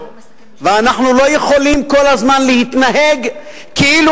ואנחנו לא יכולים כל הזמן להתנהג כאילו